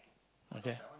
okay